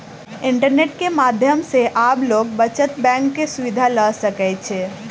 internet के माध्यम सॅ आब लोक बचत बैंक के सुविधा ल सकै छै